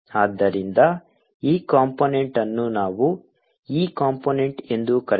ಆದ್ದರಿಂದ ಈ ಕಂಪೋನೆಂಟ್ಅನ್ನು ನಾವು E ಕಂಪೋನೆಂಟ್ ಎಂದು ಕರೆಯೋಣ